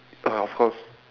uh of course